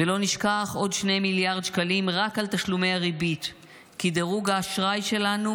ולא נשכח עוד 2 מיליארד שקלים רק על תשלומי הריבית כי דירוג האשראי שלנו